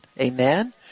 Amen